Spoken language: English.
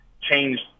changed